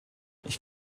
ich